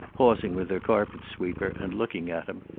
pausing with her carpet sweeper, and looking at him.